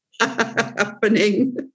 Happening